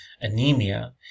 anemia